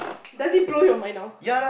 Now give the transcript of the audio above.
does it blow your mind now